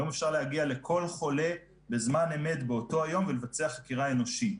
היום אפשר להגיע לכל חולה בזמן אמת באותו היום ולבצע חקירה אנושית.